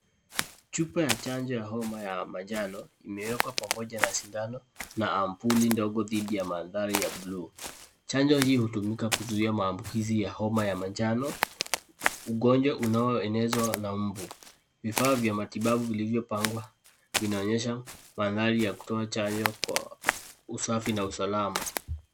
Chuoa ya chanjo ya oma ya manjano imewekwa pamoja na shindano na amvuli ndogo dhidi ya mwavuli ya blue . chanjo hizi hutumika kuzuia uambukizi za homa ya manjano ugonjwa unaoenezwa na mbu vifaa vya matibabu vilivyo pangwa inaonyesha mandhari ya kutoa chanjo kwa usafi na usalama.